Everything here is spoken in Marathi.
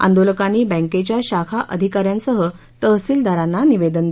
आंदोलकांनी बँकेच्या शाखा अधिकाऱ्यांसह तहसीलदारांना निवेदन दिलं